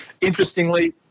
interestingly